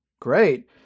Great